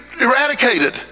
eradicated